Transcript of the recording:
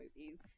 movies